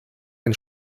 ein